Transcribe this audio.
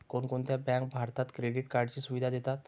कोणकोणत्या बँका भारतात क्रेडिट कार्डची सुविधा देतात?